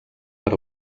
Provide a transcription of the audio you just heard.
per